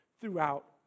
throughout